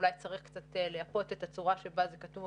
אולי צריך קצת לייפות את הצורה שבה זה כתוב,